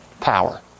Power